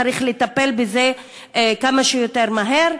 צריך לטפל בזה כמה שיותר מהר.